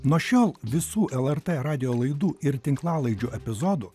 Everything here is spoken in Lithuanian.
nuo šiol visų lrt radijo laidų ir tinklalaidžių epizodų